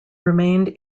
remained